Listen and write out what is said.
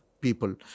people